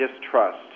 distrust